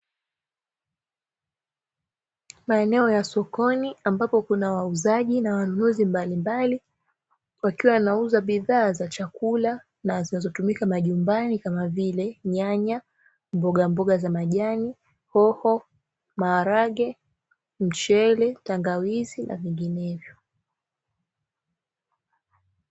Maeneo ya sokoni ambapo kuna wauzaji na wanunuzi mbalimbali wakiwa wanauza bidhaa za chakula na zinazotumika majumbani kama vile nyanya, mbogamboga za majani, hoho, maharage, mchele, tangawizi na vinginevyo.